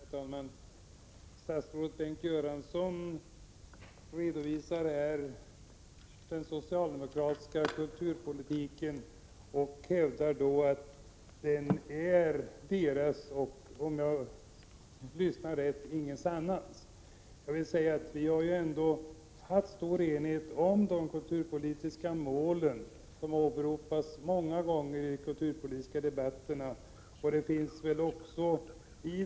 Herr talman! Statsrådet Bengt Göransson redovisar här den socialdemokratiska kulturpolitiken och hävdar att den är deras och — om jag nu hörde rätt — ingen annans. Men jag vill säga att det ändå har rått stor enighet om de kulturpolitiska målen. De har åberopats många gånger i de kulturpolitiska debatterna.